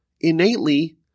innately